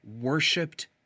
worshipped